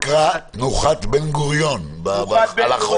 זה נקרא תנוחת בן גוריון, על החוף.